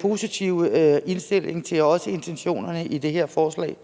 positive indstilling til intentionerne i det her forslag.